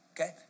Okay